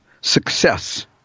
success